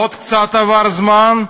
עוד קצת זמן עבר,